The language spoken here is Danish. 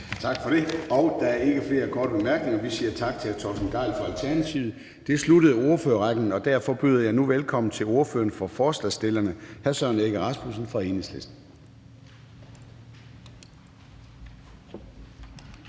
Tak for det. Der er ikke flere korte bemærkninger, så vi siger tak til hr. Torsten Gejl for Alternativet. Det sluttede ordførerrækken, og derfor byder jeg nu velkommen til ordføreren for forslagsstillerne, hr. Søren Egge Rasmussen fra Enhedslisten.